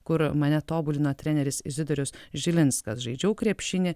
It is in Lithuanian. kur mane tobulina treneris izidorius žilinskas žaidžiau krepšinį